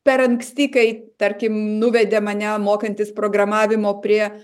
per anksti kai tarkim nuvedė mane mokantis programavimo prie